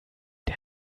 der